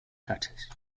cutters